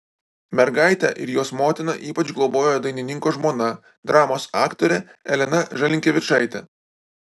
mergaitę ir jos motiną ypač globojo dainininko žmona dramos aktorė elena žalinkevičaitė